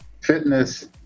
fitness